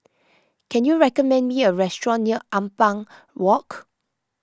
can you recommend me a restaurant near Ampang Walk